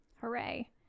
Hooray